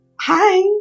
Hi